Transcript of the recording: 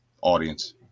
audience